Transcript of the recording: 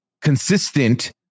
consistent